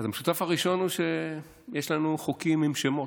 המשותף הראשון הוא שיש לנו חוקים עם שמות.